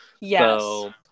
Yes